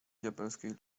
diabelskiej